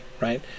right